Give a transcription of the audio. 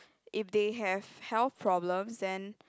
if they have health problems then